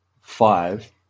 five